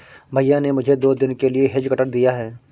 भैया ने मुझे दो दिन के लिए हेज कटर दिया है